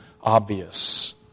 obvious